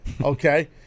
Okay